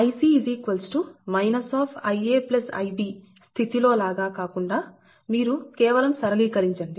Ic Ia Ib స్థితి లో లాగా కాకుండా మీరు కేవలం సరళీకరించండి